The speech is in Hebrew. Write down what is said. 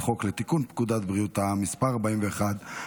חוק לתיקון פקודת בריאות העם (מס' 41),